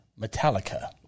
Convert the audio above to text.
Metallica